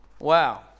Wow